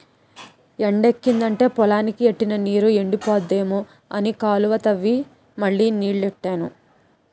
ఎండెక్కిదంటే పొలానికి ఎట్టిన నీరు ఎండిపోద్దేమో అని కాలువ తవ్వి మళ్ళీ నీల్లెట్టాను